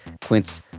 Quince